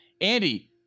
Andy